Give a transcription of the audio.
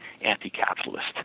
anti-capitalist